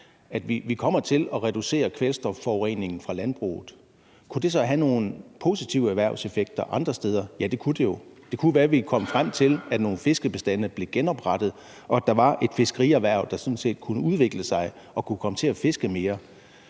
at vi kommer til at reducere kvælstofforureningen fra landbruget. Kunne det så have nogle positive erhvervseffekter andre steder? Ja, det kunne det jo. Det kunne være, vi kunne komme frem til, at nogle fiskebestande blev genoprettet, og at der var et fiskerierhverv, der sådan set kunne udvikle sig og kunne komme til at fiske mere.